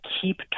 keep